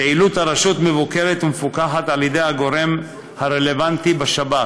פעילות הרשות מבוקרת ומפוקחת על-ידי הגורם הרלוונטי בשב"כ.